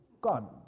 Gone